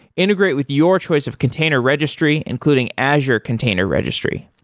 integrate with your choice of container registry, including azure container registry.